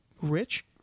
rich